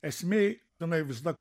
esmėj jinai visada